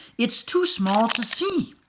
it's too small to see!